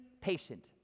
patient